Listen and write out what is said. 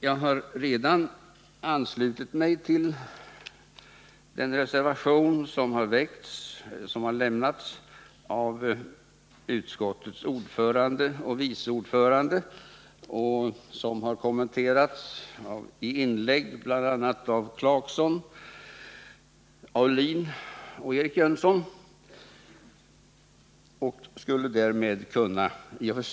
Jag har redan anslutit mig till den reservation som har lämnats av utskottets ordförande och vice ordförande och som har kommenterats i inlägg bl.a. av Rolf Clarkson, Olle Aulin och Eric Jönsson. Jag skulle kunna stanna vid det.